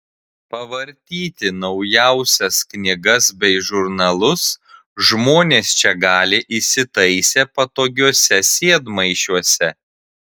pavartyti naujausias knygas bei žurnalus žmonės čia gali įsitaisę patogiuose sėdmaišiuose